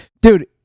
dude